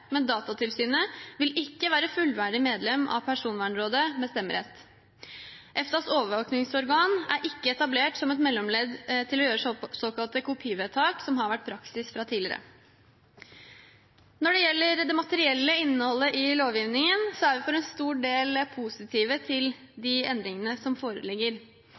men Datatilsynet vil ikke være fullverdig medlem av Personvernrådet med stemmerett. EFTAs overvåkingsorgan er ikke etablert som et mellomledd til å fatte såkalte kopivedtak, noe som har vært praksis tidligere. Når det gjelder det materielle innholdet i lovgivningen, er vi for en stor del positive til de endringene som foreligger.